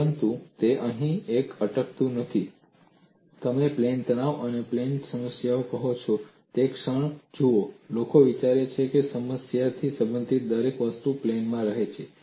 પરંતુ તે અહીં અટકતું નથી તમે પ્લેન તણાવ અને પ્લેનર સમસ્યાઓ કહો છો તે ક્ષણ જુઓ લોકો વિચારે છે કે સમસ્યાથી સંબંધિત દરેક વસ્તુ પ્લેનમાં રહે છે